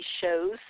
shows